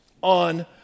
On